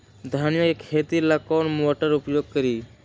धनिया के खेती ला कौन मोटर उपयोग करी?